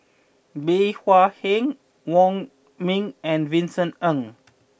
Bey Hua Heng Wong Ming and Vincent Ng